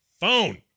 phone